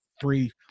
three